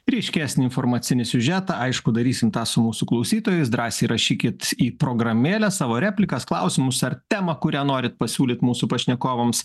ryškesnį informacinį siužetą aišku darysime su mūsų klausytojus drąsiai įrašykit į programėlę savo replikas klausimus ar temą kurią norit pasiūlyt mūsų pašnekovams